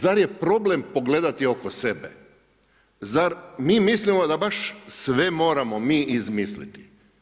Zar je problem pogledati oko sebe, zar mi mislimo da baš sve moramo mi izmisliti?